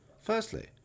Firstly